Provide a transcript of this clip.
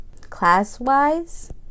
Class-wise